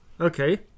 Okay